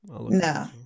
No